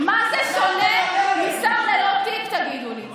מה זה שונה משר ללא תיק, תגידו לי?